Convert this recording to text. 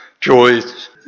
joys